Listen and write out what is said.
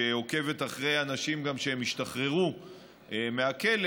שעוקבת גם אחרי אנשים שהשתחררו מהכלא,